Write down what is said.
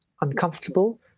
uncomfortable